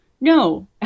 No